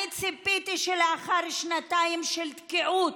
אני ציפיתי שלאחר שנתיים של תקיעות,